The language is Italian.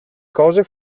cose